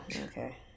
Okay